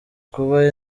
kuba